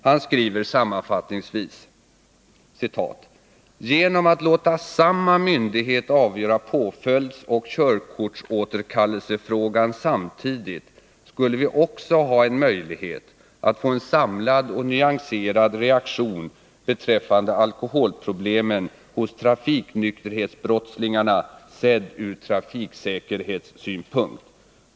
Han skriver sammanfattningsvis: ”Genom att låta samma myndighet avgöra påföljdsoch körkortsåterkallelsefrågan samtidigt skulle vi också ha en möjlighet att få en samlad och nyanserad reaktion beträffande alkoholproblemen hos trafiknykterhetsbrottslingarna sedd ur trafiksäkerhetssynpunkt.